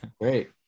great